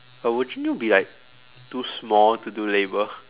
but wouldn't you be like too small to do labour